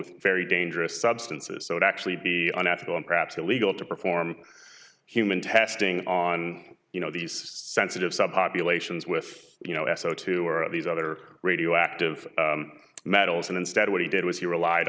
with very dangerous substances so it actually be unethical and perhaps illegal to perform human testing on you know these sensitive subbie elations with you know s o two or these other radioactive metals and instead what he did was he relied